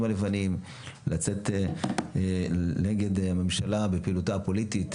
הלבנים לצאת נגד הממשלה בפעילותה הפוליטית.